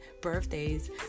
birthdays